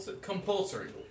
compulsory